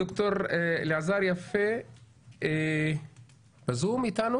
דוקטור אלעזר יפה, אתנו בזום?